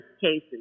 cases